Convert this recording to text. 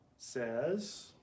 says